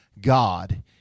God